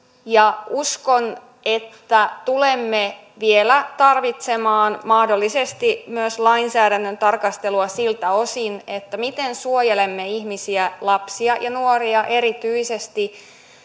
uskon että tulemme vielä tarvitsemaan mahdollisesti myös lainsäädännön tarkastelua siltä osin miten suojelemme ihmisiä lapsia ja nuoria erityisesti